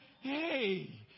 Hey